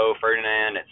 Ferdinand